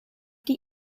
die